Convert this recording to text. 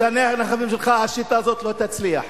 השיטה הזאת לא תצליח.